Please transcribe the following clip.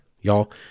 y'all